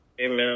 Amen